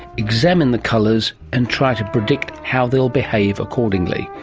examine the colours and try to predict how they'll behave accordingly.